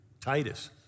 Titus